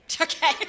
Okay